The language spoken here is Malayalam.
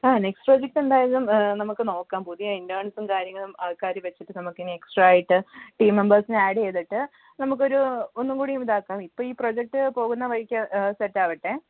ആ നെക്സ്റ്റ് പ്രൊജക്റ്റ് എന്തായാലും നമുക്ക് നോക്കാം പുതിയ ഇൻറ്റേൺസും കാര്യങ്ങളും ആൾക്കാരെ വെച്ചിട്ട് നമുക്കിനി എക്സ്ട്രാ ആയിട്ട് ടീം മെമ്പേഴ്സിനെ ആഡ് ചെയ്തിട്ട് നമുക്കൊരു ഒന്നും കൂടി ഇതാക്കാം ഇപ്പോൾ ഈ പ്രൊജക്റ്റ് പോകുന്ന വഴിക്ക് സെറ്റാവട്ടെ